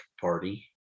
party